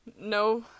no